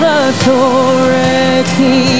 authority